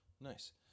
Nice